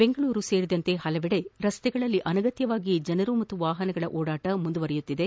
ಬೆಂಗಳೂರು ಸೇರಿದಂತೆ ಹಲವೆಡೆ ರಸ್ತೆಗಳಲ್ಲಿ ಅನಗತ್ಯವಾಗಿ ಜನರು ಮತ್ತು ವಾಹನಗಳ ಓಡಾಟ ಮುಂದುವರೆದಿದೆ